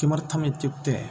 किमर्थमित्युक्ते